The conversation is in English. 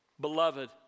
Beloved